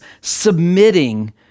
submitting